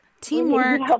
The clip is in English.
Teamwork